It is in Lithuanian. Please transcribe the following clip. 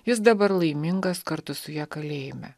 jis dabar laimingas kartu su ja kalėjime